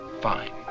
Fine